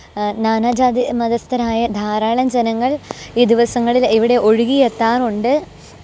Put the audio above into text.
നാനാജാതി മതസ്ഥരായ ധാരാളം ജനങ്ങള് ഈ ദിവസങ്ങളില് ഇവിടെ ഒഴുകി എത്താറുണ്ട്